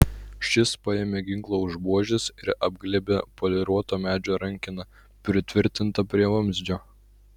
šis paėmė ginklą už buožės ir apglėbė poliruoto medžio rankeną pritvirtintą prie vamzdžio